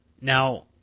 Now